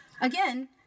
again